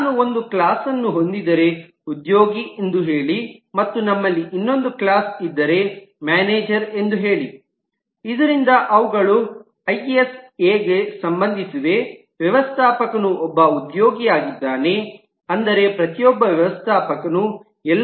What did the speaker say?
ನಾನು ಒಂದು ಕ್ಲಾಸ್ನ್ನು ಹೊಂದಿದ್ದರೆ ಉದ್ಯೋಗಿ ಎಂದು ಹೇಳಿ ಮತ್ತು ನಮ್ಮಲ್ಲಿ ಇನ್ನೊಂದು ಕ್ಲಾಸ್class ಇದ್ದರೆ ಮ್ಯಾನೇಜರ್ ಎಂದು ಹೇಳಿ ಇದರಿಂದ ಅವುಗಳು ಐಎಸ್ ಎಗೆ ಸಂಬಂಧಿಸಿವೆ ವ್ಯವಸ್ಥಾಪಕನು ಒಬ್ಬ ಉದ್ಯೋಗಿಯಾಗಿದ್ದಾನೆ ಅಂದರೆ ಪ್ರತಿಯೊಬ್ಬ ವ್ಯವಸ್ಥಾಪಕನು ಎಲ್ಲವನ್ನು ಪೂರೈಸುತ್ತಾನೆ